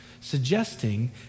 suggesting